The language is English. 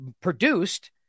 produced